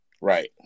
right